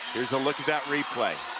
here's a look at that replay.